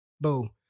boo